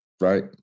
Right